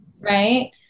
right